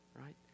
Right